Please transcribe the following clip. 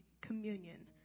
Communion